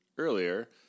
earlier